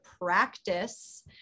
practice